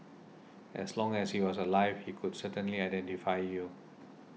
as long as he was alive he could certainly identify you